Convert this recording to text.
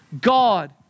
God